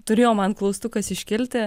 turėjo man klaustukas iškilti